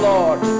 Lord